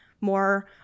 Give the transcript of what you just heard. more